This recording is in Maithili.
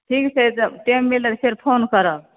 ठीक छै जब टाइम मिलत तऽ फोन करब